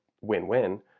win-win